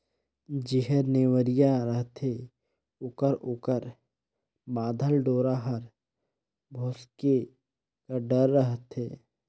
जेहर नेवरिया रहथे ओकर ओकर बाधल डोरा हर भोसके कर डर रहथे